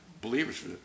believers